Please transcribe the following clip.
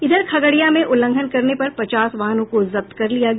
इधर खगड़िया में उल्लंघन करने पर पचास वाहनों को जब्त कर लिया गया